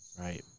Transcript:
Right